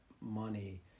money